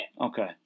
Okay